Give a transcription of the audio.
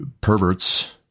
perverts